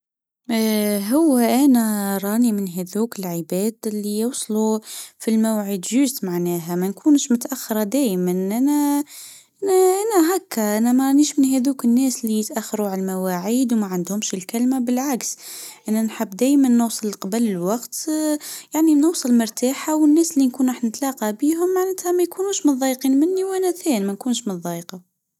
هو ٱنا راني من هذوك العباد إللي يوصلوا في الموعد جوس معناها مانكونش متاخره دائما أننا هكا أنا مانيش من هذوك الناس إللي يتاخروا علي المواعيد ومعندهمش الكلمه بالعكس أنا نحب ديماً نوصل قبال الوقت يعني نوصل مرتاحه والناس إللي نكونا حنتلاقي بيهم معناتها ميكونوش متظايقين مني وأنا زين منكونش متظايقه.